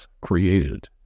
created